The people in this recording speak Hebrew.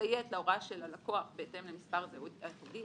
לציית להוראה של הלקוח בהתאם למספר זהות הסודי.